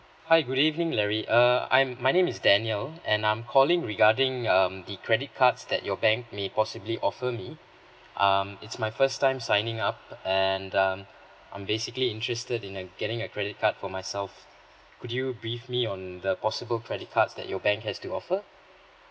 hi good evening larry uh I'm my name is daniel and I'm calling regarding um the credit cards that your bank may possibly offer me um it's my first time signing up and um I'm basically interested in uh getting a credit card for myself could you brief me on the possible credit cards that your bank has to offer